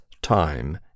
time